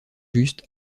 just